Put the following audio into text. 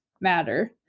matter